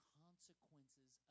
consequences